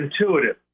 intuitive